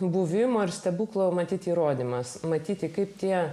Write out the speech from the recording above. buvimo ir stebuklo matyt įrodymas matyti kaip tie